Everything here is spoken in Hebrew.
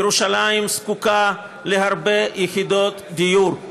ירושלים זקוקה להרבה יחידות דיור.